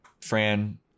fran